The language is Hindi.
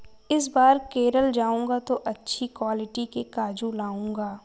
इस बार केरल जाऊंगा तो अच्छी क्वालिटी के काजू लाऊंगा